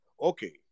okay